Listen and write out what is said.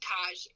Taj